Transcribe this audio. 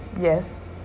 Yes